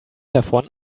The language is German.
davon